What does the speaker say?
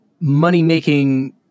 money-making